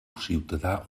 ciutadà